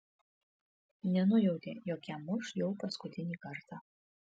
nenujautė jog ją muš jau paskutinį kartą